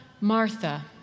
Martha